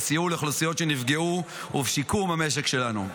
לסיוע לאוכלוסיות שנפגעו ולשיקום המשק שלנו.